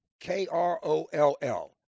K-R-O-L-L